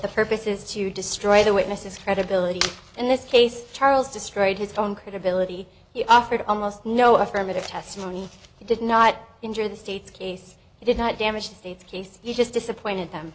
the purpose is to destroy the witnesses credibility in this case charles destroyed his own credibility he offered almost no affirmative testimony he did not injure the state's case did not damage the state's case you just disappointed them